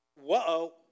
Whoa